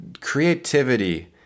creativity